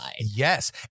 Yes